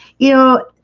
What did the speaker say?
you know